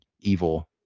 evil